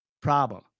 problem